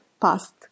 past